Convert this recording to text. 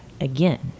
again